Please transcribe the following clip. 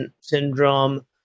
syndrome